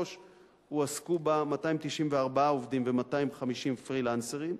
הועסקו בה 294 עובדים ו-250 פרילנסרים,